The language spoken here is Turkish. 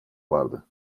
vardı